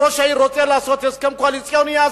ראש העיר רוצה לעשות הסכם קואליציוני?